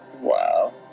Wow